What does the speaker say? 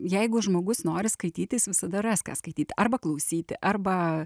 jeigu žmogus nori skaityti jis visada ras ką skaityt arba klausyti arba